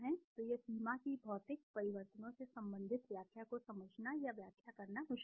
तो यह सीमा कि भौतिक परिवर्तनों से संबंधित व्याख्या को समझना या व्याख्या करना मुश्किल है